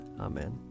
Amen